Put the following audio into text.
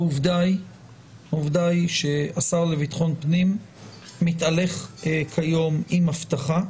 העובדה היא שהשר לביטחון פנים מתהלך כיום עם אבטחה,